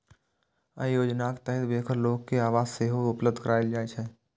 अय योजनाक तहत बेघर लोक कें आवास सेहो उपलब्ध कराएल जाइ छै